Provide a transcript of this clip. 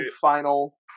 final